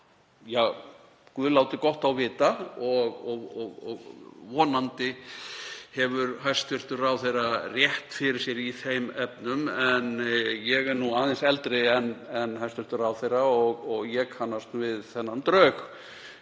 Ja, guð láti gott á vita og vonandi hefur hæstv. ráðherra rétt fyrir sér í þeim efnum. En ég er nú aðeins eldri en hæstv. ráðherra og ég kannast við þennan draug,